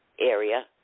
area